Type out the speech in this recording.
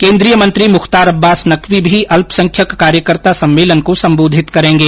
केन्द्रीय मंत्री मुख्तार अब्बास नकवी भी अल्पसंख्यक कार्यकर्ता सम्मेलन को संबोधित करेंगे